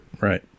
Right